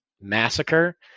massacre